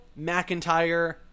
McIntyre